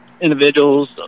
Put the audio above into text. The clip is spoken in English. individuals